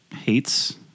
hates